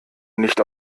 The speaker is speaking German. nicht